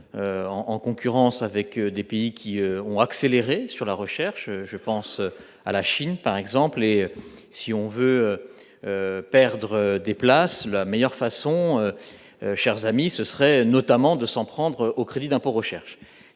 en concurrence avec des pays qui ont accéléré sur la recherche, je pense à la Chine par exemple, et si on veut perdre des places, la meilleure façon, chers amis, se serait notamment de s'en prendre au crédit d'impôt recherche